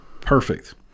Perfect